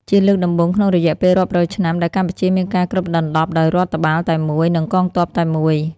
ជាលើកដំបូងក្នុងរយៈពេលរាប់រយឆ្នាំ ដែលកម្ពុជាមានការគ្របដណ្តប់ដោយរដ្ឋបាលតែមួយ និងកងទ័ពតែមួយ។